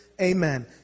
Amen